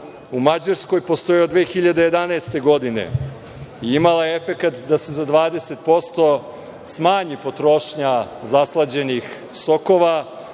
U Mađarskoj postoji od 2011. godine i imala je efekat da se za 20% smanji potrošnja zaslađenih sokova,